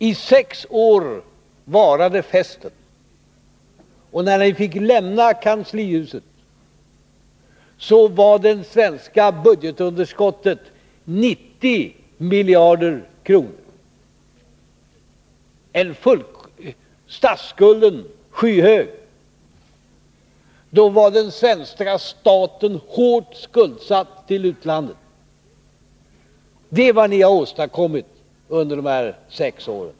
I sex år varade festen, och när ni fick lämna kanslihuset var det svenska budgetunderskottet 90 miljarder kronor, statsskulden skyhög och den svenska staten svårt skuldsatt till utlandet. Det är vad ni har åstadkommit under de här sex åren.